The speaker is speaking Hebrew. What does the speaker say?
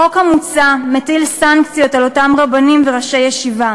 החוק המוצע מטיל סנקציות על אותם רבנים וראשי ישיבה,